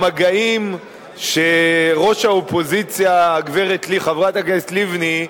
המגעים שראש האופוזיציה, חברת הכנסת לבני,